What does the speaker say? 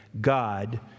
God